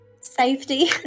safety